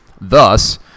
Thus